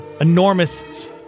enormous